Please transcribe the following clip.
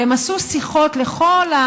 והם עשו שיחות לכל,